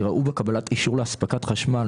יראו בקבלת אישור להספקת חשמל,